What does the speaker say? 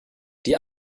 die